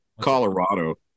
Colorado